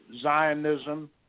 Zionism